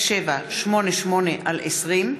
פ/5788/20: